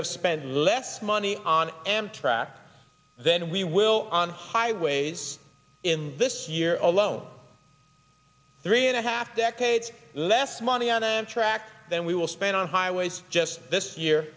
have spent less money on amtrak then we will on highways in this year alone three and a half decades less money on them track than we will spend on highways just this year